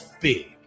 big